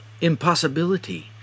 impossibility